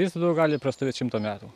jis gali prastovėt šimto metų